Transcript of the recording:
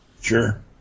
Sure